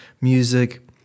music